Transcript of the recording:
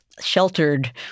sheltered